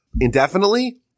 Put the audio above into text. indefinitely